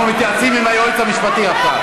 אנחנו מתייעצים עם היועץ המשפטי עכשיו.